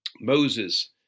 Moses